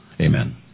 Amen